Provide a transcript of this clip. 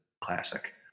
classic